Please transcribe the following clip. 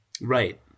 Right